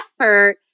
effort